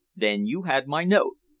then you had my note!